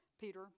Peter